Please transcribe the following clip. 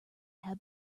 had